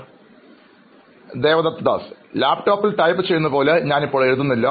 അഭിമുഖം സ്വീകരിക്കുന്നയാൾ ലാപ്ടോപ്പിൽ ടൈപ്പ് ചെയ്യുന്നത് പോലെ ഞാൻ ഇപ്പോൾ എഴുതുന്നില്ല